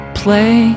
play